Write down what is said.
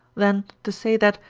then to say that,